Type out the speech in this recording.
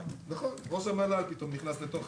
ראש המל"ל פתאום נכנס לתוך